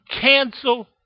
cancel